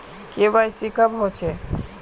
KYC कब होचे?